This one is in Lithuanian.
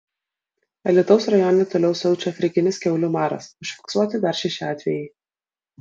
alytaus rajone toliau siaučia afrikinis kiaulių maras užfiksuoti dar šeši atvejai